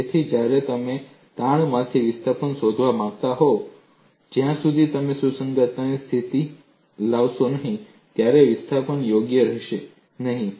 તેથી જ્યારે તમે તાણમાંથી વિસ્થાપન શોધવા માંગતા હોવ જ્યા સુધી તમે સુસંગતતાની સ્થિતિ લાવશો નહીં ત્યારે વિસ્થાપન યોગ્ય રહેશે નહીં